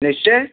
निश्चय